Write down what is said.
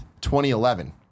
2011